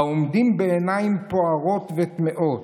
העומדים בעיניים פעורות ותמהות: